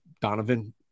Donovan